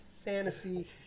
fantasy